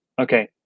Okay